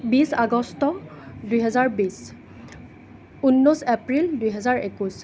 বিছ আগষ্ট দুহেজাৰ বিছ ঊনৈছ এপ্ৰিল দুহেজাৰ একৈছ